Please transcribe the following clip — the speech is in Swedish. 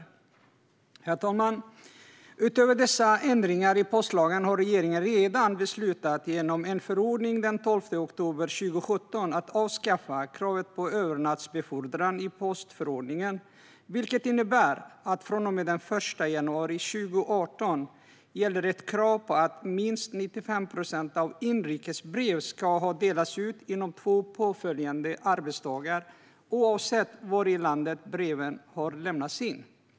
Utöver dessa ändringar i postlagen har regeringen redan beslutat, genom en förordning den 12 oktober 2017, att avskaffa kravet på övernattbefordran i postförordningen, vilket innebär att från och med 1 januari 2018 gäller ett krav på att minst 95 procent av inrikesbreven ska ha delats ut inom två påföljande arbetsdagar oavsett var i landet breven har lämnats in.